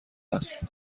است